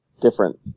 different